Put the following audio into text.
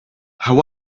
how